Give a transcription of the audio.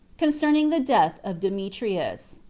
concerning the death of demetrius.